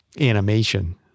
animation